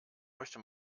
möchte